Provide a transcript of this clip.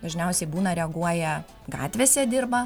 dažniausiai būna reaguoja gatvėse dirba